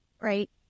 Right